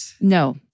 No